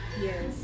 yes